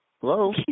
Hello